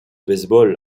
baseball